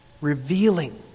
revealing